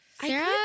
Sarah